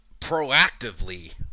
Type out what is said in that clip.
proactively